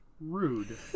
rude